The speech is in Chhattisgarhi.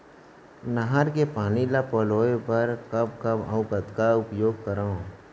नहर के पानी ल पलोय बर कब कब अऊ कतका उपयोग करंव?